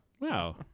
Wow